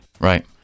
Right